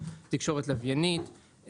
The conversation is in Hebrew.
לתקשורת הלוויינית,